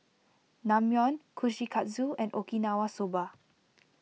Naengmyeon Kushikatsu and Okinawa Soba